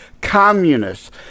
communists